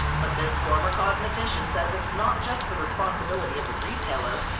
but this former cosmetician says it's not just the responsibility of the retailer,